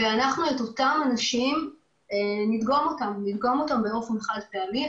ואנחנו נדגום את אותם אנשים באופן חד-פעמי,